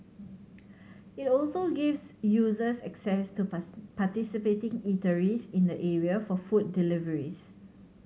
it also gives users access to part participating eateries in the area for food deliveries